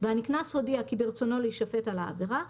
והנקנס הודיע כי ברצונו להישפט על העבירה,